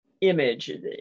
image